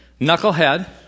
knucklehead